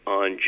on